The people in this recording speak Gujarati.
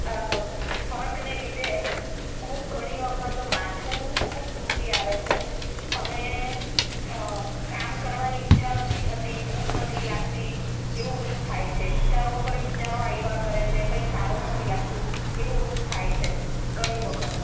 આ ફરકને લીધે ખૂબ ઘણી વખત માથું ખૂબ દુઃખી આવે છે અને કામ કરવાની ઈચ્છા નથી થતી ભૂખ નથી લાગતી એવું બધું થાય છે વિચારો પર વિચારો આવ્યા કરે છે કંઈ સારું નથી લાગતું એવું બધું થાય છે ઘણી વખત